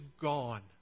gone